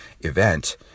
event